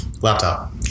laptop